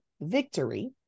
victory